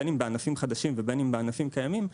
בין אם בענפים חדשים ובין אם בענפים קיימים,